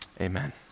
amen